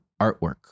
artwork